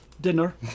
dinner